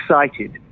excited